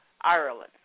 Ireland